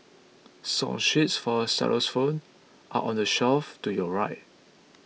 song sheets for xylophones are on the shelf to your right